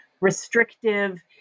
restrictive